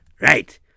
Right